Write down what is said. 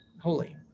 holy